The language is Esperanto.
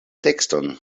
tekston